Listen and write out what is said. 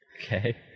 Okay